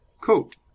Coat